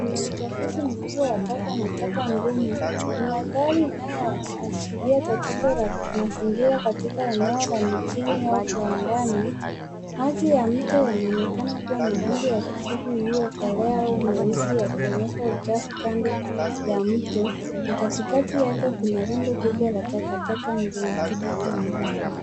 Kuna uchafuzi mkubwa wa taka na taka ngumu ni mandhari inayoashiria tatizo la kimazingira katika eneo la mijini au viwandani maji ya mto yanaonekana kuwa na rangi ya kijivu iliyokolea au meusi yakionyesha uchafu kando ya mto na katikati yake kuna rundo kubwa la takataka ngumu.